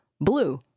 blue